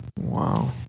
Wow